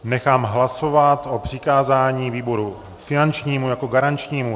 Nechám hlasovat o přikázání výboru finančnímu jako garančnímu.